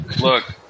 look